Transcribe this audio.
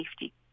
safety